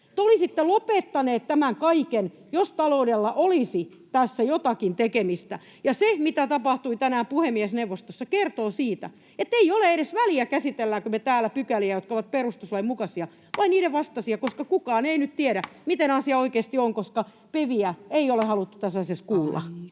olisitte lopettaneet tämän kaiken, jos taloudella olisi tässä jotakin tekemistä. Ja se, mitä tapahtui tänään puhemiesneuvostossa, kertoo siitä, ettei ole edes väliä, käsitelläänkö me täällä pykäliä, jotka ovat perustuslain mukaisia vai sen vastaisia, koska kukaan ei nyt tiedä, miten asia oikeasti on, koska PeViä ei ole haluttu tässä asiassa kuulla.